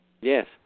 Yes